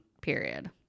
period